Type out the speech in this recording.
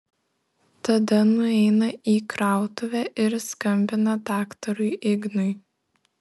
tada nueina į krautuvę ir skambina daktarui ignui